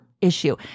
issue